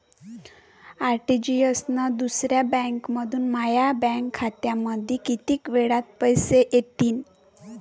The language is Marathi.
आर.टी.जी.एस न दुसऱ्या बँकेमंधून माया बँक खात्यामंधी कितीक वेळातं पैसे येतीनं?